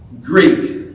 Greek